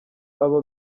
abo